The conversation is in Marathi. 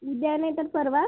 उद्या नाहीतर परवा